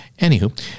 anywho